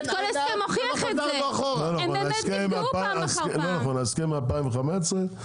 לא נכון, ההסכם מ-2015,